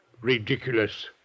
Ridiculous